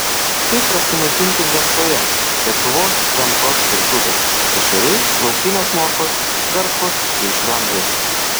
kaip prasimaitinti gamtoje lietuvos gamtos virtuvė ešeriai laukinės morkos garšvos bei švendrai